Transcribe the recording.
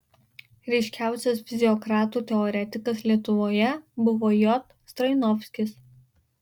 ryškiausias fiziokratų teoretikas lietuvoje buvo j stroinovskis